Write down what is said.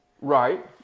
Right